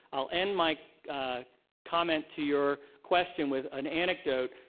i'll end my comment to your question with an anecdote.